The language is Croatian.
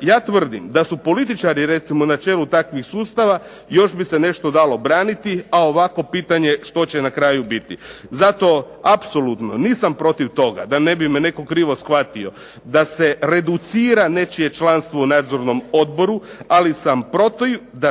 Ja tvrdim da su političari, recimo na čelu takvih sustava još bi se nešto dalo braniti, a ovako pitanje što će na kraju biti. Zato apsolutno nisam protiv toga da ne bi me netko krivo shvatio, da se reducira nečije članstvo u nadzornom odboru, ali sam protiv da